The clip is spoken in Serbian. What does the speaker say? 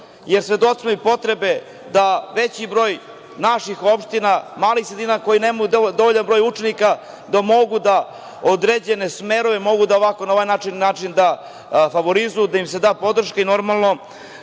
jer svedoci smo i potrebe da veći broj naših opština, malih sredina koje nemaju dovoljan broj učenika, da mogu da određene smerove, mogu da na ovakav način da favorizuju i da im se da podrška, i normalno